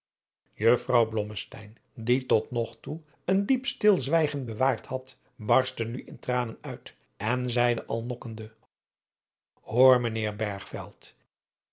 blommesteyn die tot nog toe een diep stilzwijgen bewaard had barstte nu in tranen uit en zeide al nokkende hoor